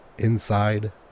Inside